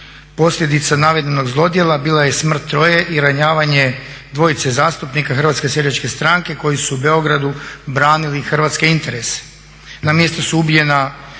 Posljedica navedenog zlodjela bila je smrt troje i ranjavanje dvojice zastupnika Hrvatske seljačke stranke koji su u Beogradu branili hrvatske interese. Na mjestu su ubijena dvojica